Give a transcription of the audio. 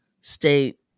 state